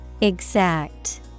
Exact